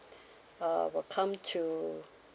uh will come to